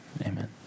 amen